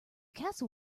castle